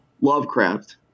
Lovecraft